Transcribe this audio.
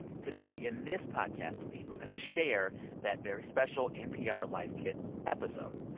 today, in this podcast feed, we're going to share that very special npr life kit episode.